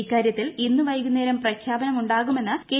ഇക്കാര്യത്തിൽ ഇന്ന് വൈകുന്നേരം പ്രഖ്യാപനമുണ്ടാകുമെന്ന് കെ